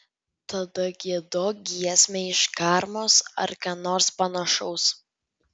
tada giedok giesmę iš karmos ar ką nors panašaus